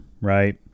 right